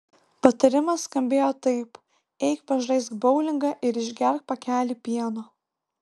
patarimas skambėjo taip eik pažaisk boulingą ir išgerk pakelį pieno